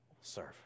serve